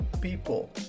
people